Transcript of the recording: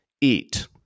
eat